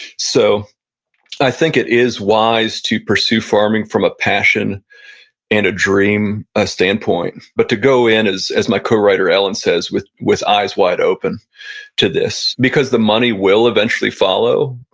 so i think it is wise to pursue farming from a passion and a dream ah standpoint. but to go in, as my co-writer ellen says, with with eyes wide open to this. because the money will eventually follow,